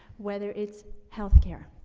whether it's health care.